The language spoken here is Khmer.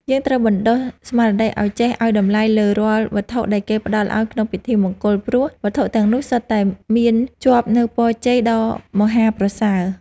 យើងត្រូវបណ្តុះស្មារតីឱ្យចេះឱ្យតម្លៃលើរាល់វត្ថុដែលគេផ្តល់ឱ្យក្នុងពិធីមង្គល ព្រោះវត្ថុទាំងនោះសុទ្ធតែមានជាប់នូវពរជ័យដ៏មហាប្រសើរ។